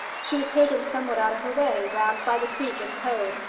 she was taken somewhat out of her way round by the creek and coed,